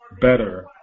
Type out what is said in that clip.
better